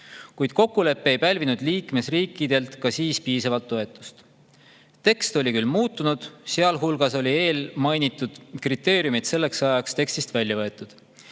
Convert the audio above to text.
kuid kokkulepe ei pälvinud liikmesriikidelt ka siis piisavalt toetust, kuigi tekst oli muutunud, sealhulgas olid eelmainitud kriteeriumid selleks ajaks tekstist välja võetud.